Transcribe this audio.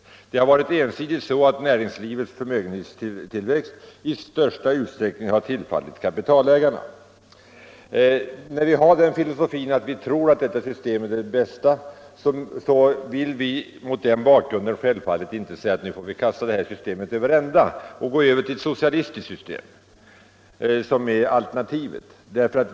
Näringslivets förmögenhetstillväxt har i stället en sidigt till största delen tillfallit kapitalägarna. Eftersom vi tror att det marknadsekonomiska systemet är det bästa, vill vi givetvis inte kasta det systemet över ända och gå över till ett socialistiskt alternativ.